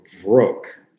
broke